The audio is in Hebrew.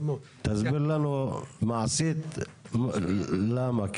תסביר לנו מעשית למה?